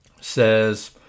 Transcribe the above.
says